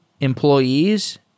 employees